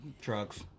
Trucks